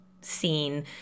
scene